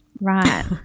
Right